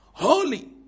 holy